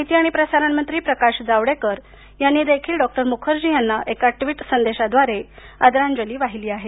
माहिती आणि प्रसारण मंत्री प्रकाश जावडेकर यांनी देखील डॉक्टर मुखर्जी यांना एका ट्विट संदेशाद्वारे आदरांजली वाहिली आहे